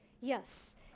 Yes